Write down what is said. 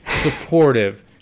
Supportive